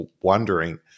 wondering